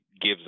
gives